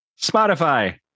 Spotify